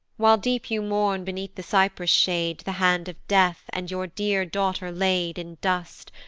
while deep you mourn beneath the cypress-shade the hand of death, and your dear daughter laid in dust,